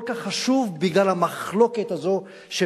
עדיין התקשורת היא נדבך כל כך חשוב בגלל המחלוקת הזאת שבינינו.